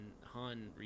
Han